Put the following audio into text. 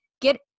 get